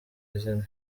izina